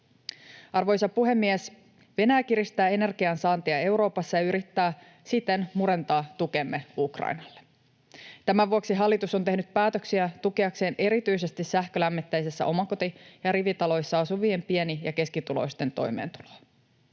Arvoisa puhemies! Venäjä kiristää energian saantia Euroopassa ja yrittää siten murentaa tukemme Ukrainalle. Tämän vuoksi hallitus on tehnyt päätöksiä tukeakseen erityisesti sähkölämmitteisissä omakoti‑ ja rivitaloissa asuvien pieni‑ ja keskituloisten toimeentuloa.